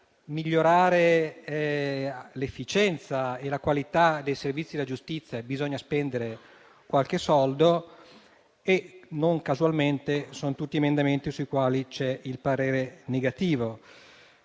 per migliorare l'efficienza e la qualità dei servizi della giustizia bisogna spendere qualche soldo. Non casualmente, sono tutti emendamenti sui quali c'è il parere negativo.